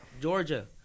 Georgia